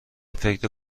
فکر